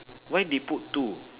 why they put two